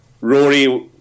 Rory